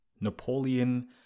Napoleon